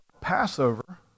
Passover